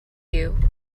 you